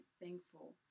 thankful